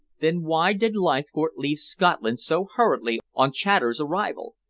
then why did leithcourt leave scotland so hurriedly on chater's arrival?